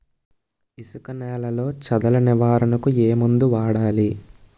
ఇసుక నేలలో చదల నివారణకు ఏ మందు వాడాలి?